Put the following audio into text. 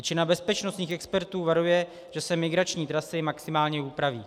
Většina bezpečnostních expertů varuje, že se migrační trasy maximálně upraví.